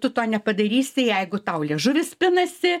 tu to nepadarysi jeigu tau liežuvis pinasi